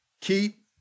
Keep